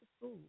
school